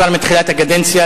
כבר מתחילת הקדנציה,